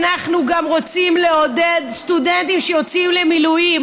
אנחנו גם רוצים לעודד סטודנטים שיוצאים למילואים.